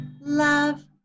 love